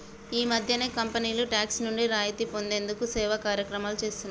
ఈ మధ్యనే కంపెనీలు టాక్స్ నుండి రాయితీ పొందేందుకు సేవా కార్యక్రమాలు చేస్తున్నాయి